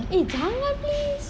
eh jangan please